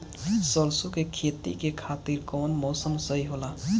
सरसो के खेती के खातिर कवन मौसम सही होला?